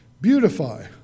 beautify